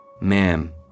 Ma'am